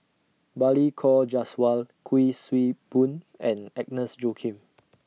Balli Kaur Jaswal Kuik Swee Boon and Agnes Joaquim